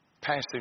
passing